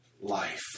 life